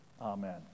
Amen